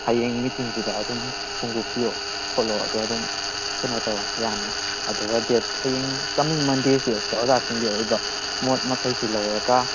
ꯍꯌꯦꯡ ꯃꯤꯇꯤꯡꯁꯤꯗ ꯑꯗꯨꯝ ꯐꯣꯗꯣꯛꯄꯤꯌꯣ ꯈꯣꯠꯂꯣ ꯑꯗꯣ ꯑꯗꯨꯝ ꯀꯩꯅꯣ ꯇꯧ ꯌꯥꯅꯤ ꯑꯗꯨꯒ ꯗꯦꯠ ꯍꯌꯦꯡ ꯀꯃꯤꯡ ꯃꯟꯗꯦꯁꯦ ꯁꯤꯗ ꯑꯣꯖꯥꯁꯤꯡꯒꯤ ꯑꯣꯏꯕ ꯃꯣꯗ ꯃꯈꯩꯁꯦ ꯂꯧꯔꯒ